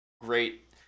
great